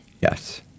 Yes